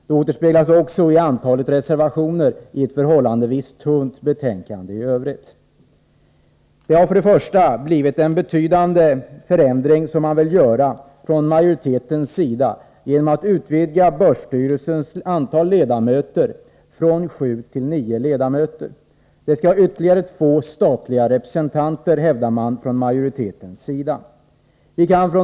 Det återspeglar sig också i antalet reservationer i ett förhållandevis tunt betänkande i övrigt. Majoriteten vill till att börja med göra en betydande förändring genom att utvidga antalet ledamöter i börsstyrelsen från sju till nio. Det skall vara ytterligare två statliga representanter, hävdar majoriteten.